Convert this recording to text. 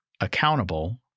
accountable